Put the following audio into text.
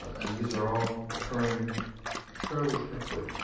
and these are all occurring fairly quickly.